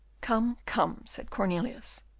come, come! said cornelius,